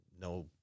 no